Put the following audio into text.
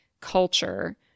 culture